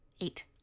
Eight